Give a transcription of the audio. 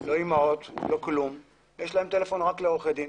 לא עם האימהות, יש להם טלפון רק לעורכי הדין